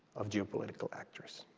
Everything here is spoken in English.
of geopolitical actors,